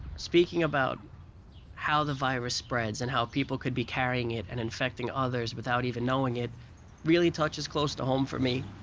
speaking about how the virus spreads and how people could be carrying it and infecting others without even knowing it really touches close to home for me.